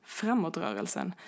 framåtrörelsen